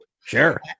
Sure